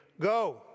Go